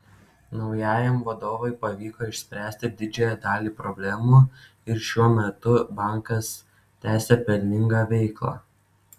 naujajam vadovui pavyko išspręsti didžiąją dalį problemų ir šiuo metu bankas tęsią pelningą veiklą